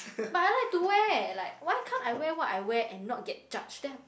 but I like to wear like why can't I wear what I wear and not get judged them